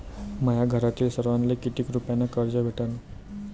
माह्या घरातील सर्वाले किती रुप्यान कर्ज भेटन?